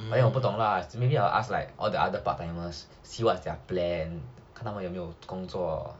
没有不懂啦 maybe I'll ask like all the other part timers see what's their plan 看他们有没有工作